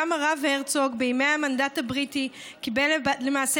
גם הרב הרצוג בימי המנדט הבריטי קיבל למעשה